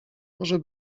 może